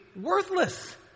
worthless